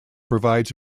provides